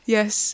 Yes